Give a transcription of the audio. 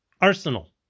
Arsenal